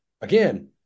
again